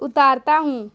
اتارتا ہوں